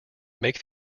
make